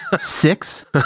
six